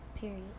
period